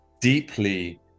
deeply